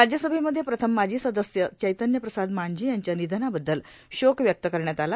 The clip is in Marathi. राज्यसभेमध्ये प्रथम माजी सदस्य चैतन्य प्रसाद मांझी यांच्या निधनाबद्दल शोक व्यक्त करण्यात आला